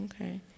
okay